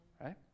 right